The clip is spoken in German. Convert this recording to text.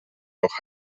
auch